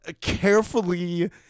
carefully